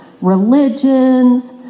religions